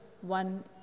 one